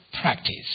practice